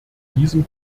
diesem